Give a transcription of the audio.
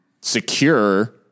secure